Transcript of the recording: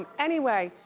um anyway,